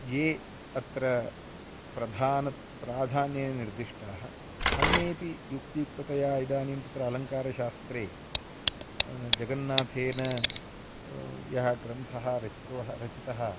ये अत्र प्रधानं प्राधान्येन निर्दिष्टाः अन्येपि युक्तियुक्ततया इदानीं तत्र अलङ्कारशास्त्रे जगन्नाथेन यः ग्रन्थः रचितः रचितः